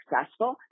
successful